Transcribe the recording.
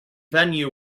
venue